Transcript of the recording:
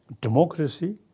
democracy